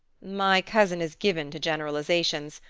my cousin is given to generalizations.